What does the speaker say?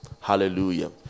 Hallelujah